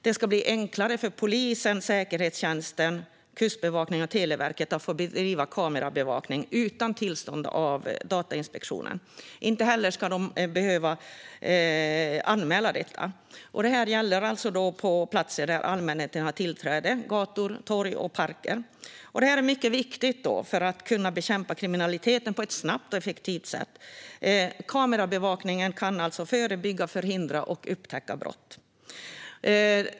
Det ska bli enklare för polisen, säkerhetstjänsten, Kustbevakningen och Tullverket att bedriva kamerabevakning utan tillstånd av Datainspektionen. Inte heller ska de behöva anmäla detta. Det här gäller platser dit allmänheten har tillträde: gator, torg och parker. Detta är mycket viktigt för att kunna bekämpa kriminaliteten på ett snabbt och effektivt sätt. Kamerabevakning kan förebygga, förhindra och upptäcka brott.